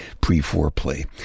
pre-foreplay